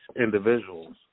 individuals